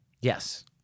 yes